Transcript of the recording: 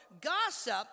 gossip